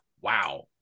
wow